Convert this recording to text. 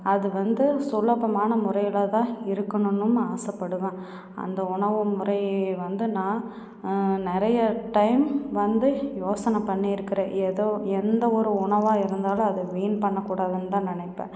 அது வந்து சுலபமான முறையில் தான் இருக்கணுன்னும் நான் ஆசைப்படுவேன் அந்த உணவு முறை வந்து நான் நிறைய டைம் வந்து யோசனை பண்ணி இருக்கறேன் எதோ எந்த ஒரு உணவாக இருந்தாலும் அதை வீண் பண்ணக்கூடாதுன்னு தான் நினைப்பேன்